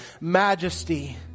majesty